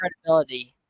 credibility